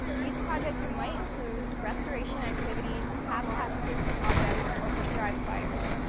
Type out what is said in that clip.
these projects might include restoration activities, habitat improvement projects or prescribed fires.